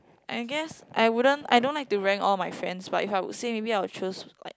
I guess I wouldn't I don't like to rank all my friends but if I would say maybe I will choose like